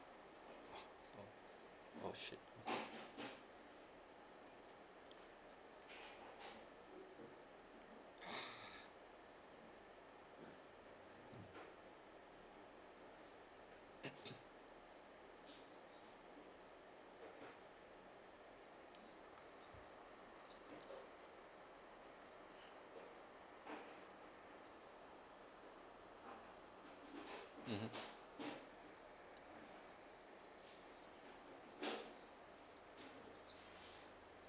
oh shit mm